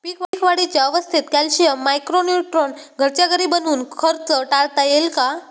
पीक वाढीच्या अवस्थेत calcium, micro neutron घरच्या घरी बनवून खर्च टाळता येईल का?